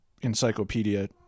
encyclopedia